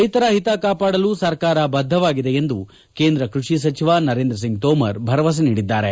ರೈತರ ಹಿತ ಕಾಪಾಡಲು ಸರ್ಕಾರ ಬದ್ಧವಾಗಿದೆ ಎಂದು ಕೇಂದ್ರ ಕೈಷಿ ಸಚಿವ ನರೇಂದ್ರಸಿಂಗ್ ತೋಮರ್ ಭರವಸೆ ನೀಡಿದ್ದಾರೆ